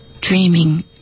dreaming